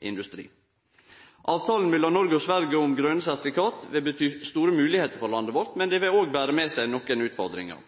industri. Avtalen mellom Noreg og Sverige om grøne sertifikat vil bety store moglegheiter for landet vårt, men det vil òg bere med seg nokre utfordringar.